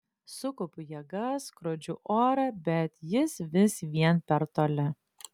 sukaupiu jėgas skrodžiu orą bet jis vis vien per toli